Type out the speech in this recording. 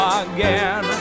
again